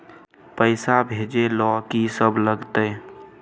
पैसा भेजै ल की सब लगतै?